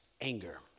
anger